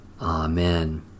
Amen